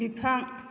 बिफां